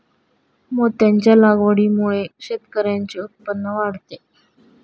मोत्यांच्या लागवडीमुळे शेतकऱ्यांचे उत्पन्न वाढते